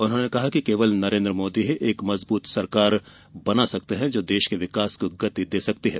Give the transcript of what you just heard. उन्होंने कहा कि केवल नरेन्द्र मोदी ही एक मजबूत सरकार बना सकते हैं जो देश के विकास को गति दे सकती है